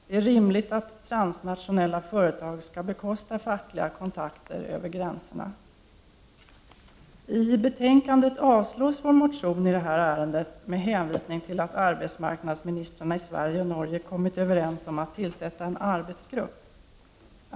Det är rimligt att transnationella företag skall bekosta fackliga kontakter över gränserna. I betänkandet avstyrks vår motion i det ärendet med hänvisning till att arbetsmarknadsministrarna i Sverige och Norge kommit överens om att tillsätta en arbetsgrupp.